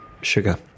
Sugar